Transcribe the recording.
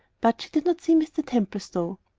but she did not see mr. templestowe.